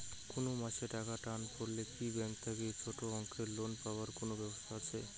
কুনো মাসে টাকার টান পড়লে কি ব্যাংক থাকি ছোটো অঙ্কের লোন পাবার কুনো ব্যাবস্থা আছে?